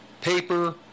Paper